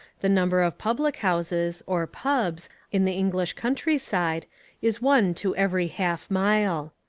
the number of public houses, or pubs, in the english countryside is one to every half mile.